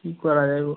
কী করা যায় গো